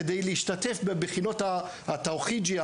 כדי להשתתף בבחינות התאוג'יהי,